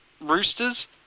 roosters